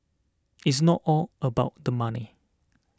it's not all about the money